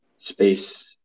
space